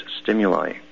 stimuli